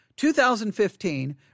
2015